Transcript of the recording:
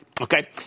okay